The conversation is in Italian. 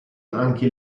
anche